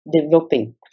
developing